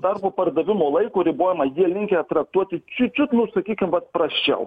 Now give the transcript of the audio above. darbo pardavimo laiko ribojamą jie linkę traktuoti čiut čiut nu sakykim vat prasčiau